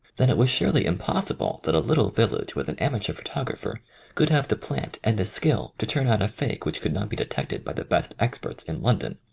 then it was surely impossible that a little village with an amateur photographer could have the plant and the skill to turn out a fake which could not be detected by the best ex perts in london.